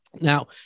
now